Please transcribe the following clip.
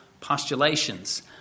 postulations